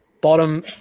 bottom